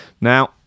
now